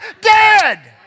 dead